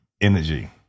energy